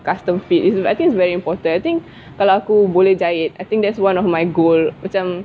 custom fit is I think is very important I think kalau aku boleh jahit I think that's one of my goal macam